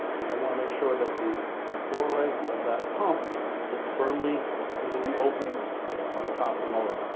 we then want to make sure that the four legs of that pump sit firmly into the openings on the top of the motor.